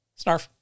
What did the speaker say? Snarf